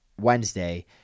Wednesday